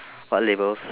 what labels